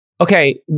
okay